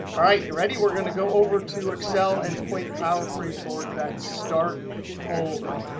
all right. you ready? we're going to go over to excel and point power query towards that start folder.